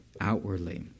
outwardly